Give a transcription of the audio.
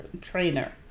trainer